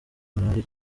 malariya